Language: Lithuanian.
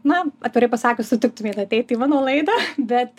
na atvirai pasakius sutiktumėt ateiti į mano laidą bet